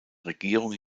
regierung